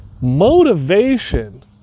Motivation